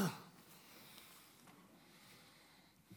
תודה